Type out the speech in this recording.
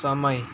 समय